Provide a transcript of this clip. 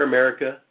America